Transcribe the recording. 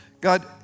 God